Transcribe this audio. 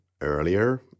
earlier